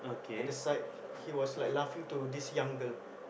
at the side he was like laughing to this young girl